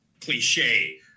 cliche